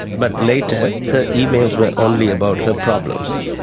but later her emails were only about her problems.